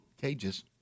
cages